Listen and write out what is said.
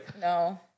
No